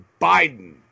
Biden